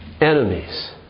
Enemies